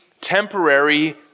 temporary